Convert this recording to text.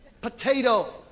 potato